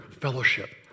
fellowship